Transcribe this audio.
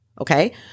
okay